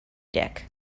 dick